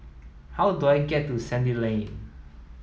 how do I get to Sandy Lane